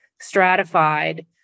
stratified